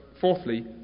fourthly